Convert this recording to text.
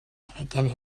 taken